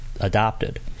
adopted